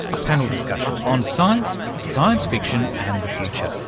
a panel discussion on science, science fiction and the future,